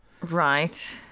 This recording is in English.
Right